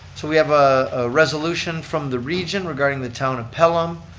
so we have a resolution from the region regarding the town of pelham.